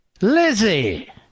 Lizzie